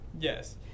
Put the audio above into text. Yes